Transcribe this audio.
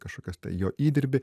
kažkokias tai jo įdirbį